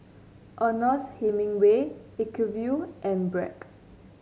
Ernest Hemingway Acuvue and Bragg